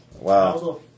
Wow